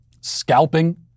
scalping